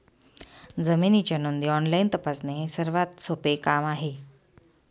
जमिनीच्या नोंदी ऑनलाईन तपासणे हे सर्वात सोपे काम आहे